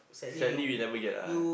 sadly we never get ah